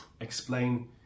explain